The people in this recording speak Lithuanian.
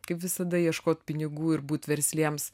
kaip visada ieškot pinigų ir būt versliems